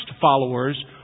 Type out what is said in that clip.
followers